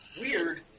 Weird